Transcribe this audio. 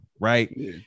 right